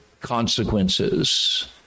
consequences